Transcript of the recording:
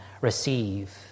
receive